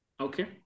Okay